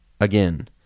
again